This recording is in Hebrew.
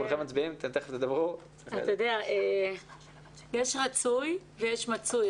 אתה יודע שיש רצוי ויש מצוי.